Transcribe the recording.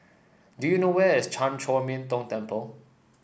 do you know where is Chan Chor Min Tong Temple